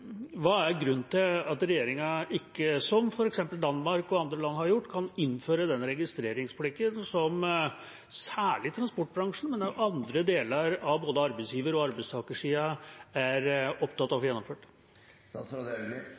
Hva er grunnen til at regjeringa ikke kan – som f.eks. Danmark og andre land har gjort – innføre denne registreringsplikten, som særlig transportbransjen, men også andre deler av både arbeidsgiver- og arbeidstakersiden er opptatt av å få